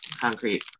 concrete